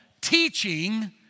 teaching